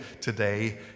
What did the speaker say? today